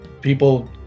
people